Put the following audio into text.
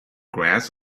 grass